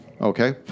Okay